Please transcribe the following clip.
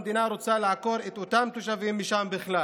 המדינה רוצה לעקור את אותם תושבים משם בכלל.